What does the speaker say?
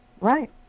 Right